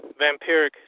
vampiric